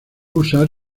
usar